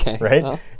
right